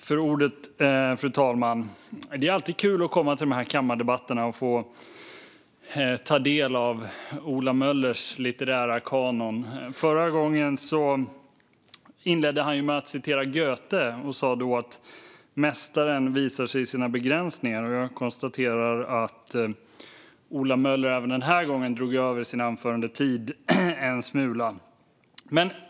Fru talman! Det är alltid kul att få komma till kammardebatterna och få ta del av Ola Möllers litterära kanon. Förra gången inledde han med att citera Goethe. Han sa då att mästaren visar sig i sina begränsningar. Jag konstaterar att Ola Möller även den här gången drog över sin anförandetid en smula.